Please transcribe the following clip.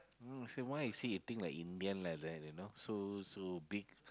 mm say why is he eating like Indian like that you know so so big